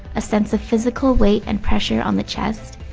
a sense of physical weight and pressure on the chest,